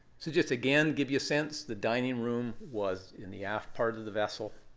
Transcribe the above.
so just, again, give you a sense. the dining room was in the aft part of the vessel,